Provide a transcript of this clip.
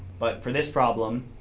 but for this problem,